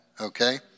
Okay